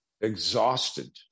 exhausted